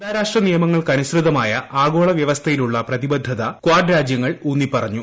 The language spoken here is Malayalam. അന്താരാഷ്ട്ര നിയമങ്ങൾക്കനുസൃതമായ ആഗോള വൃവസ്ഥയിലുള്ള പ്രതിബദ്ധത ക്വാഡ് രാജൃങ്ങൾ ഊന്നിപ്പറഞ്ഞു